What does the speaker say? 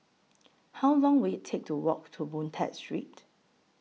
How Long Will IT Take to Walk to Boon Tat Street